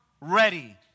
ready